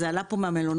זה עלה פה מהמלונות,